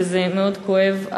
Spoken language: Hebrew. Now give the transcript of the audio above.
וזה מאוד כואב,